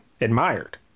admired